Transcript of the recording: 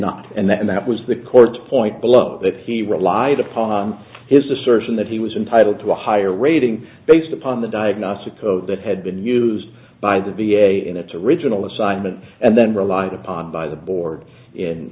not and then that was the court's point below that he relied upon his assertion that he was entitled to a higher rating based upon the diagnostic so that had been used by the v a in its original assignment and then relied upon by the board in